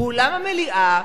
באולם המליאה,